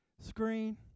screen